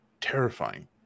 terrifying